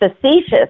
facetious